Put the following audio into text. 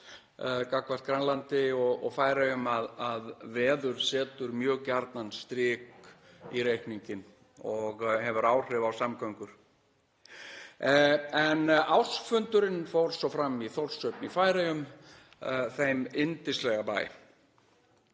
gagnvart Grænlandi og Færeyjum, að veður setur mjög gjarnan strik í reikninginn og hefur áhrif á samgöngur. Ársfundurinn fór svo fram í Þórshöfn í Færeyjum, þeim yndislega bæ.